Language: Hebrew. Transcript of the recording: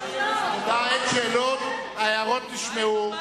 ההערות נשמעו,